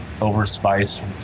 overspiced